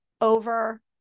over